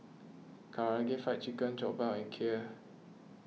Karaage Fried Chicken Jokbal and Kheer